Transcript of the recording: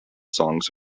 songs